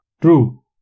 True